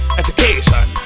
education